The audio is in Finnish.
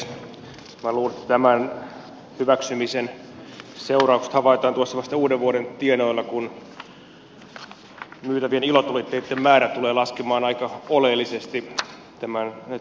minä luulen että tämän hyväksymisen seuraukset havaitaan vasta tuossa uudenvuoden tienoilla kun myytävien ilotulitteitten määrä tulee laskemaan aika oleellisesti näitten uusien säännösten myötä